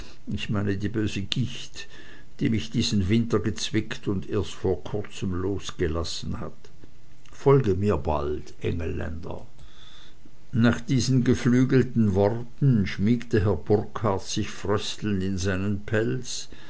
ich meine die böse gicht die mich diesen winter gezwickt und erst vor kurzem losgelassen hat folge mir bald engelländer nach diesen geflügelten worten schmiegte herr burkhard sich fröstelnd in seinen pelz